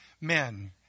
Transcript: men